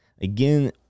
again